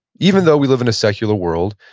even though we live in a secular world,